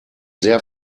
sehr